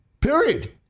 Period